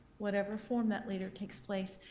whatever form that leader takes place,